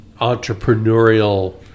entrepreneurial